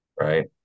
right